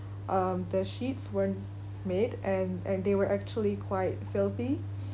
um the sheets weren't made and and they were actually quite filthy